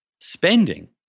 spending